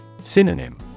Synonym